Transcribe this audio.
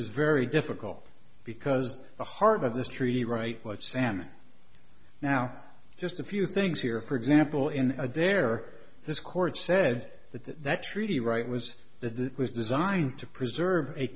is very difficult because the heart of this treaty right what's an now just a few things here for example in there this court said that that treaty right was that it was designed to preserve a